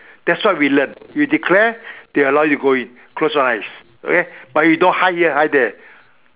that's what we learn we declare they allow you to go in close one eyes okay but you don't hide here hide there